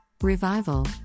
Revival